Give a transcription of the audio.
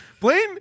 Blaine